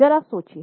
जरा सोचो